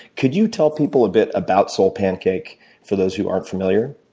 could you tell people a bit about soulpancake for those who aren't familiar?